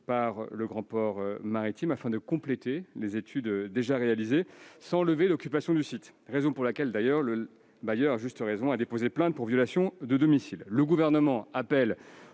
par le grand port maritime, afin de compléter les études déjà réalisées, sans lever l'occupation du site. C'est d'ailleurs la raison pour laquelle le bailleur a, à juste raison, déposé plainte pour violation de domicile. Le Gouvernement appelle